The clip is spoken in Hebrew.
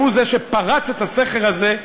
והוא זה שפרץ את הסכר הזה.